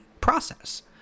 process